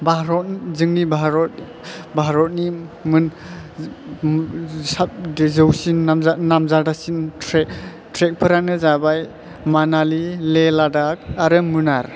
जोंनि भारतनि गोजौसिन नामजादासिन थ्रेकफोरानो जाबाय मानालि ले लादाक आरो मुनार